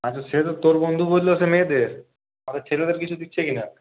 আচ্ছা সে তোর বন্ধু বললো সে মেয়েদের তবে ছেলেদের কিছু দিচ্ছে কিনা